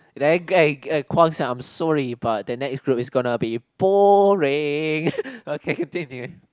ugh ugh Guang-Xiang I'm sorry but the next group is gonna be boring